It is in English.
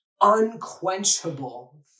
unquenchable